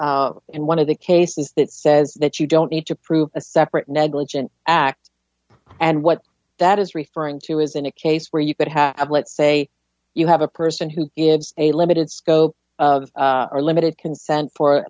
in and one of the cases that says that you don't need to prove a separate negligent act and what that is referring to is in a case where you could have let's say you have a person who gives a limited scope or limited consent for